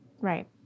Right